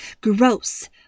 Gross